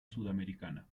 sudamericana